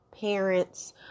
parents